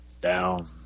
down